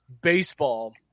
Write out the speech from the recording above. baseball